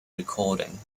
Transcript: recording